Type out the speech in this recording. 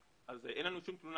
אבל אנחנו חושבים שלדבר הזה